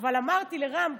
אבל אמרתי לרם,